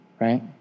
Right